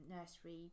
nursery